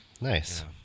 Nice